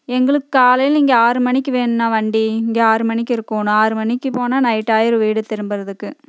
எங்களுக்கு காலையில் இங்கே ஆறு மணிக்கு வேணுண்ணா வண்டி இங்கே மணிக்கு இருக்கணும் ஆறு மணிக்கு போனால் நைட் ஆகிரும் வீடு திரும்புறதுக்கு